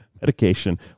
medication